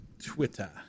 Twitter